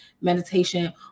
meditation